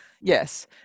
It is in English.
Yes